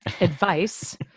advice